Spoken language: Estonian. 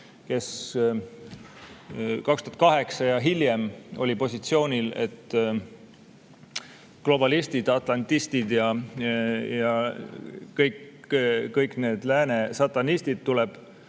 kes 2008 ja hiljem oli positsioonil, et globalistid, atlantistid ja kõik lääne satanistid tuleb